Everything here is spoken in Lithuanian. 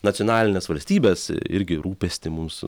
nacionalines valstybes irgi rūpestį mūsų